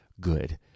good